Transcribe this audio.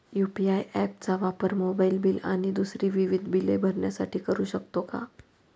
UPI app चा वापर mobile bill आणि दुसरी विविध बिले भरण्यासाठी करू शकतो का?